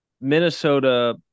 Minnesota